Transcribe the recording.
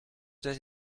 that